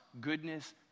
goodness